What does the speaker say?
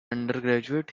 undergraduate